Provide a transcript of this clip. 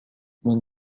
when